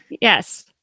Yes